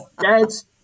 dads